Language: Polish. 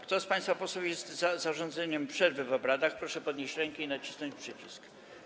Kto z państwa posłów jest za zarządzeniem przerwy w obradach, proszę podnieść rękę i nacisnąć przycisk.